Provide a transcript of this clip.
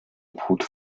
obhut